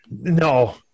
no